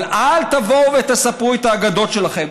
אבל אל תבואו ותספרו את האגדות שלכם.